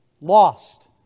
lost